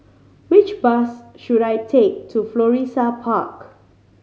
which bus should I take to Florissa Park